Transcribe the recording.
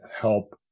help